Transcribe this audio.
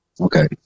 okay